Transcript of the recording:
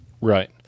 right